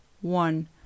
one